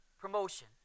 promotion